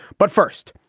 but first,